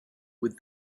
with